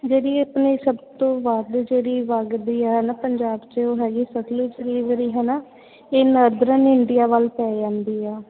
ਜਿਹੜੀ ਆਪਣੀ ਸਭ ਤੋਂ ਵੱਧ ਜਿਹੜੀ ਵਗਦੀ ਹੈ ਨਾ ਪੰਜਾਬ 'ਚ ਉਹ ਹੈਗੀ ਸਤਲੁਜ ਰਿਵਰ ਹੈ ਨਾ ਇਹ ਨਾਦਰਨ ਇੰਡੀਆ ਵੱਲ ਪੈ ਜਾਂਦੀ ਆ